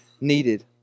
needed